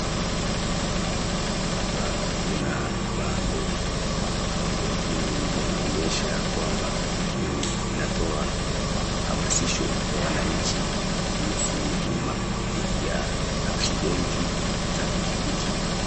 Hapa kuna bango, bango hili linaonyesha kwamba inatoa hamasisho kwa wananchi kuhusu bima dhidi ya aksidenti za pikipiki.